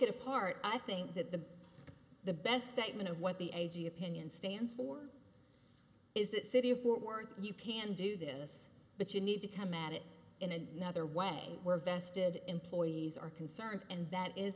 it apart i think that the the best statement of what the a g opinion stands for is that city of words you can do this but you need to come at it in another way where vested employees are concerned and that is